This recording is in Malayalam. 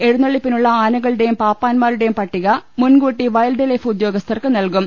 എഴുന്നള്ളിപ്പിനുള്ള ആനകളുടെയും പാപ്പാൻമാരുടെയും പട്ടിക മുൻകൂട്ടി ്വൈൽഡ് ലൈഫ് ഉദ്യോഗസ്ഥർക്ക് നൽകും